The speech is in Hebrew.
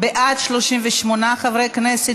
מיכל רוזין,